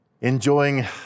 enjoying